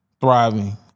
Thriving